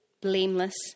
blameless